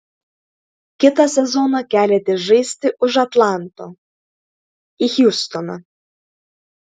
kitą sezoną keliatės žaisti už atlanto į hjustoną